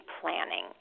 planning